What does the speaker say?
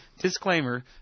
disclaimer